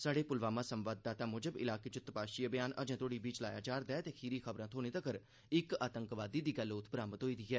साढ़े पुलवामा संवाददाता मूजब इलाके च तपाशी अभियान अजें तोड़ी बी चला'रदा ऐ ते खीरी खबरां थ्होने तक्कर इक आतंकवादी दी गै लोथ बरामद होई ऐ